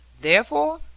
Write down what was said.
Therefore